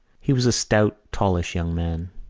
he was a stout, tallish young man.